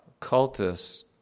cultists